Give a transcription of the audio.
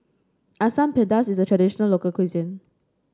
Asam Pedas is a traditional local cuisine